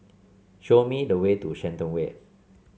show me the way to Shenton Way